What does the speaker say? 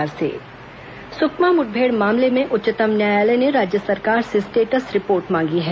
सुकमा फर्जी मुठभेड़ सुकमा मुठभेड़ मामले में उच्चतम न्यायालय ने राज्य सरकार से स्टेटस रिपोर्ट मांगी है